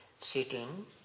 sitting